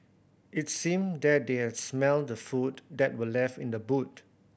it seemed that they had smelt the food that were left in the boot